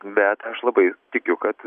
bet aš labai tikiu kad